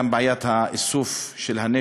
גם את בעיית איסוף הנשק